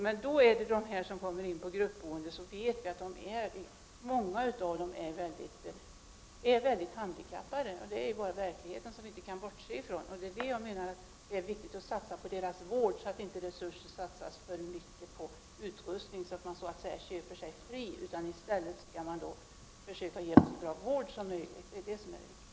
Men vi vet att många av dem som kommer in i ett gruppboende är svårt handikappade. Det är en verklighet som vi inte kan bortse ifrån. Jag menar att det är viktigt att satsa på dessa människors vård, att man inte satsar så mycket på utrustning att man så att säga köper sig fri. I stället skall man försöka ge så bra vård som möjligt — det är det som är det viktiga.